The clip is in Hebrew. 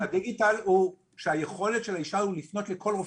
דיגיטל הוא שהיכולת של האישה לפנות לכל רופא.